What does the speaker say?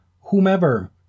whomever